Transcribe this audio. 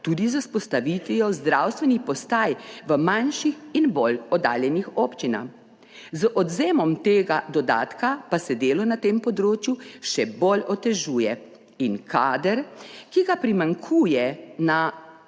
tudi z vzpostavitvijo zdravstvenih postaj v manjših in bolj oddaljenih občinah. Z odvzemom tega dodatka pa se delo na tem področju še bolj otežuje in kader, ki ga primanjkuje v